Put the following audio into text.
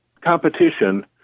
competition